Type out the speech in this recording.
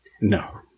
No